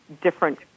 different